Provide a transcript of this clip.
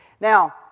Now